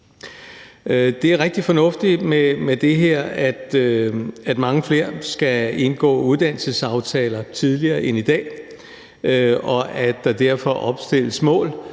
Det er rigtig fornuftigt med det her, at mange flere skal indgå uddannelsesaftaler tidligere end i dag, og at der derfor opstilles mål,